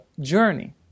journey